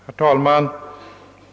Herr talman!